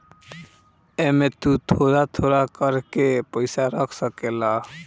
एमे तु थोड़ा थोड़ा कर के पईसा रख सकेल